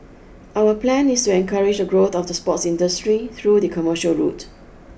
our plan is to encourage the growth of the sports industry through the commercial route